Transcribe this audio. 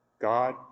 God